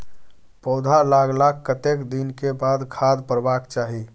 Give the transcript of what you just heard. पौधा लागलाक कतेक दिन के बाद खाद परबाक चाही?